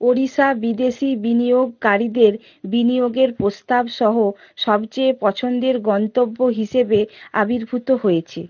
ওড়িশা বিদেশী বিনিয়োগকারীদের বিনিয়োগের প্রস্তাব সহ সবচেয়ে পছন্দের গন্তব্য হিসেবে আবির্ভূত হয়েছে